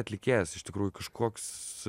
atlikėjas iš tikrųjų kažkoks